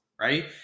Right